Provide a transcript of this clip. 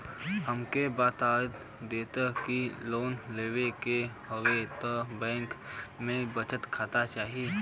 हमके बता देती की लोन लेवे के हव त बैंक में बचत खाता चाही?